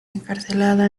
encarcelada